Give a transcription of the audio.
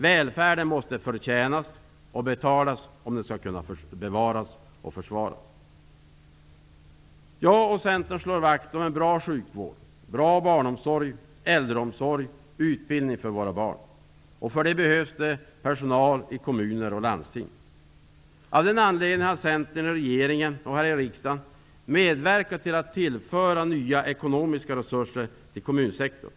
Välfärden måste förtjänas och betalas om den skall kunna bevaras och försvaras. Jag och Centern slår vakt om en bra sjukvård, barnomsorg, äldreomsorg och utbildning för våra barn. För det behövs personal i kommuner och landsting. Av den anledningen har Centern i regeringen och här i riksdagen medverkat till att tillföra nya ekonomiska resurser till kommunsektorn.